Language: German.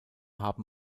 haben